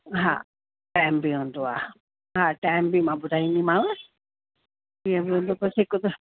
हा टाइम बि हूंदो आहे हा टाइम बि मां ॿुधाईदीमांव जीअं बि हूंदो बसि हिकु त